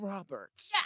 Roberts